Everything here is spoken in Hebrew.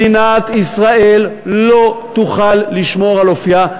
מדינת ישראל לא תוכל לשמור על אופייה,